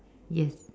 yes